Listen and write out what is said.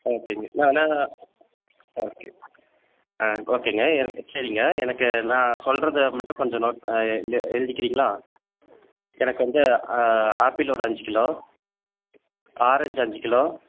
ஓகேங்க நான் ஆனால் ஆ ஓகேங்க ஆ ஓகேங்க எனக்கு சரிங்க எனக்கு நான் சொல்றதை மட்டும் கொஞ்சம் நோட் எழுதிக்கிறிங்களா எனக்கு வந்து ஆ ஆப்பிள் ஒரு அஞ்சு கிலோ ஆரஞ்சு அஞ்சு கிலோ